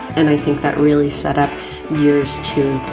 and i think that really set up years to